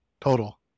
total